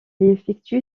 effectue